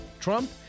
Trump